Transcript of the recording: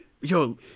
yo